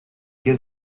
qu’un